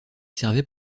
servaient